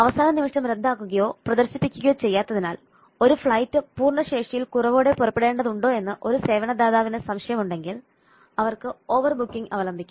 അവസാന നിമിഷം റദ്ദാക്കുകയോ പ്രദർശിപ്പിക്കുകയോ ചെയ്യാത്തതിനാൽ ഒരു ഫ്ലൈറ്റ് പൂർണ്ണ ശേഷിയിൽ കുറവോടെ പുറപ്പെടേണ്ടതുണ്ടോ എന്ന് ഒരു സേവന ദാതാവിന് സംശയമുണ്ടെങ്കിൽ അവർക്ക് ഓവർ ബുക്കിംഗ് അവലംബിക്കാം